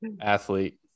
Athlete